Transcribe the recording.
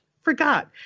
forgot